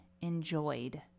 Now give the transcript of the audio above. enjoyed